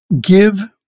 give